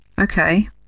Okay